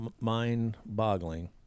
mind-boggling